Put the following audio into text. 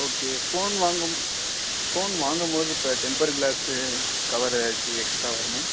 okay phone வாங்கும் phone வாங்கும்போது இப்போ டெம்ப்பர் க்ளாஸ்ஸு கவர் எதாச்சு எக்ஸ்ட்ராக வருமா